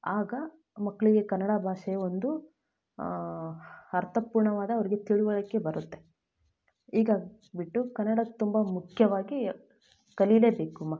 ಆಗ ಮಕ್ಕಳಿಗೆ ಕನ್ನಡ ಭಾಷೆ ಒಂದು ಅರ್ಥಪೂರ್ಣವಾದ ಅವ್ರಿಗೆ ತಿಳಿವಳ್ಕೆ ಬರುತ್ತೆ ಹೀಗಾಗ್ಬಿಟ್ಟು ಕನ್ನಡ ತುಂಬ ಮುಖ್ಯವಾಗಿ ಕಲೀಲೇಬೇಕು ಮಕ್ಕಳು